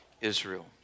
Israel